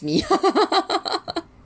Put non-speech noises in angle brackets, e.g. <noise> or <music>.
me <laughs>